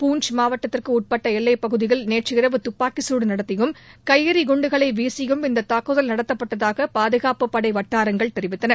பூஞ்ச் மாவட்டத்திற்கு உட்பட்ட எல்லைப்பகுதியில் நேற்றிரவு துப்பாக்கிச்சூடு நடத்தியும் கையெறி குன்டுகளை வீசியும் இந்த தாக்குதல் நடத்தப்பட்டதாக பாதுகாப்புப்படை வட்டாரங்கள் தெரிவித்தன